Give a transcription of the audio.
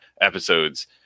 episodes